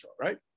right